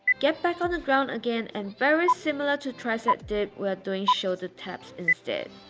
get back on the ground again and very similar to tricep dips we're doing shoulder taps instead.